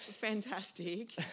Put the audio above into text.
fantastic